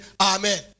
Amen